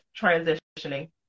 transitioning